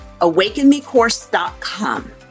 AwakenMecourse.com